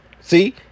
See